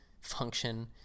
function